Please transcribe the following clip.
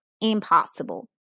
impossible